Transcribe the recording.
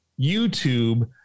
youtube